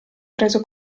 preso